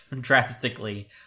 drastically